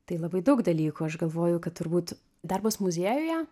tai labai daug dalykų aš galvoju kad turbūt darbas muziejuje